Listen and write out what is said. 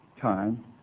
time